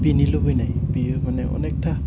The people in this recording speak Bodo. बेनि लुबैनाय बियो माने अनेकथा